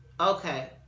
Okay